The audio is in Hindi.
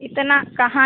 इतना कहाँ